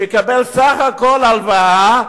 שיקבל סך הכול הלוואה,